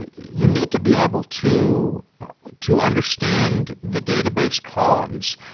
you need to be able to to understand the database columns.